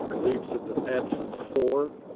leaves of absence, four.